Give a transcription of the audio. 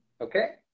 Okay